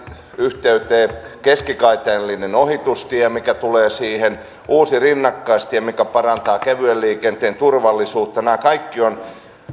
yhteyteen keskikaiteellinen ohitustie mikä tulee siihen uusi rinnakkaistie mikä parantaa kevyen liikenteen turvallisuutta nämä kaikki ovat